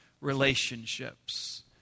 relationships